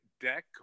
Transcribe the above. deck